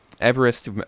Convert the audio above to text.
Everest